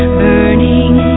burning